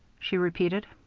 she repeated.